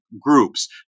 groups